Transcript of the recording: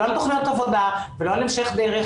לא על תוכניות עבודה ולא על המשך דרך.